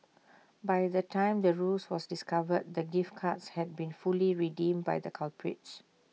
by the time the ruse was discovered the gift cards had been fully redeemed by the culprits